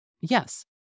Yes